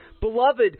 Beloved